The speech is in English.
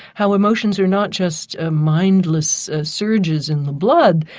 how emotions are not just ah mindless syringes in the blood,